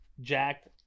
Jacked